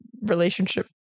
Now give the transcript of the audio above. relationship